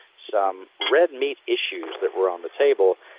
some red meat issues that were on the table.